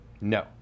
No